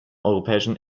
europäischen